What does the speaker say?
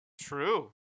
True